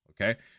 okay